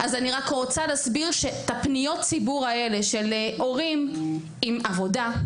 אני רוצה להסביר שפניות הציבור האלה של הורים עם עבודה,